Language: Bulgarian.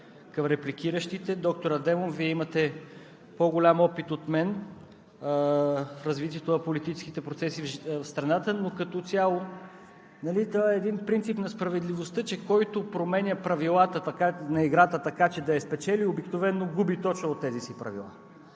към репликиращите. Доктор Адемов, Вие имате по-голям опит от мен в развитието на политическите процеси в страната, но като цяло, един принцип на справедливостта е, че който променя правилата на играта, така че да я спечели, обикновено губи точно от тези си правила.